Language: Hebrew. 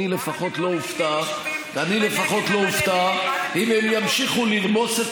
אני לפחות לא אופתע אם הם ימשיכו לרמוס את